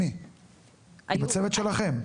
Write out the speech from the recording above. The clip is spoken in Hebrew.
עם הצוות שלכם.